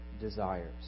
desires